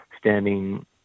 standing